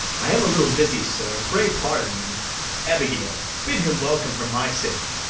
i am a little busy, sir pray, pardon me abigail, bid him welcome for my sake.